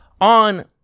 on